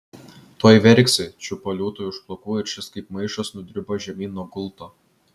tuoj verksi čiupo liūtui už plaukų ir šis kaip maišas nudribo žemyn nuo gulto